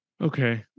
Okay